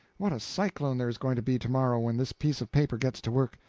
what a cyclone there is going to be to-morrow when this piece of paper gets to work.